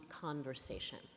conversation